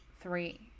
three